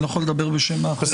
אני לא יכול לדבר בשם האופוזיציה.